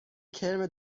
کرم